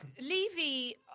Levy